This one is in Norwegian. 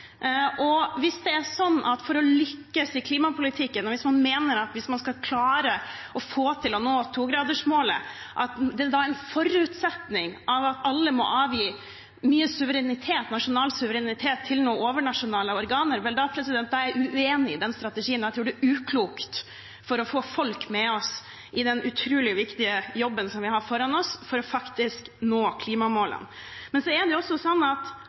i. Hvis det er sånn at for å lykkes i klimapolitikken og man mener at for å klare å nå 2-gradersmålet er det en forutsetning at alle må avgi mye nasjonal suverenitet til noen overnasjonale organer, er jeg uenig i den strategien. Jeg tror det er uklokt med tanke på å få folk med oss i den utrolig viktige jobben som vi har foran oss for faktisk å nå klimamålene. Men det er også sånn at